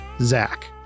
zach